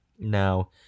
Now